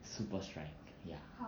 super strike